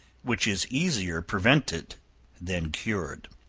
which is easier prevented than cured.